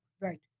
Right